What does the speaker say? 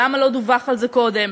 למה לא דווח על זה קודם?